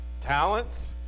talents